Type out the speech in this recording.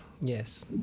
Yes